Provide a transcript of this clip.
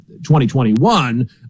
2021